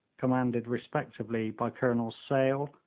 commanded respectively by colonels sale,